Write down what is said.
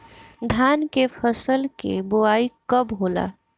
धान के फ़सल के बोआई कब होला?